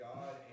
God